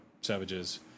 Savages